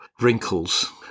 wrinkles